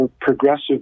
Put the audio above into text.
progressive